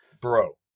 bro